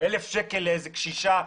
אלף שקלים לקשישה.